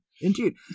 Indeed